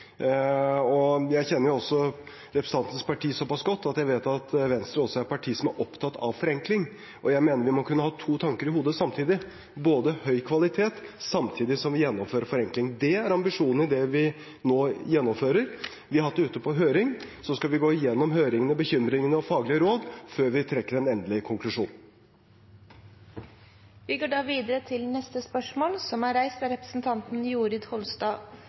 kjenner også representantens parti så godt at jeg vet at Venstre også er et parti som er opptatt av forenkling. Og jeg mener vi må kunne ha to tanker i hodet samtidig: høy kvalitet, samtidig som vi gjennomfører forenkling. Det er ambisjonen i det vi nå gjennomfører. Vi har hatt det ute på høring. Så skal vi gå gjennom høringsuttalelsene og bekymringene og faglige råd før vi trekker en endelig